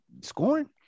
scoring